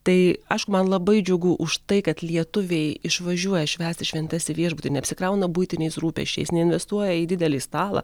tai aišku man labai džiugu už tai kad lietuviai išvažiuoja švęsti šventes į viešbutį neapsikrauna buitiniais rūpesčiais neinvestuoja į didelį stalą